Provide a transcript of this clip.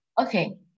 okay